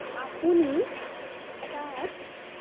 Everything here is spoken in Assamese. আপুনি তাত